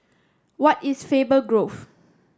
where is Faber Grove